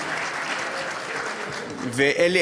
ואלי,